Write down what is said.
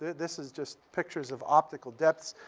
this is just pictures of optical depths.